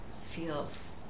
feels